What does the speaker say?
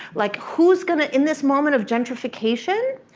like, who's gonna, in this moment of gentrification,